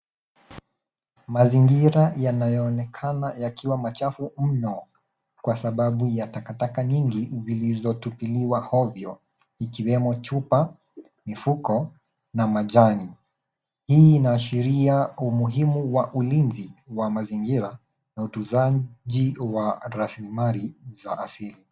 Mazingira yanayoonekana yakiwa machafu mno kwa sababu ya takataka nyingi zilizotupiliwa ovyo ikiwemo chupa, mifuko na majani. Hii inaashiria umuhimu wa ulinzi wa mazingira na utunzaji wa raslimali za asili.